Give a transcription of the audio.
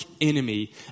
enemy